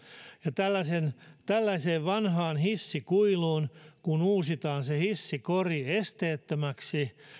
niin tällaiseen vanhaan hissikuiluun kun uusitaan se hissikori esteettömäksi